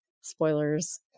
spoilers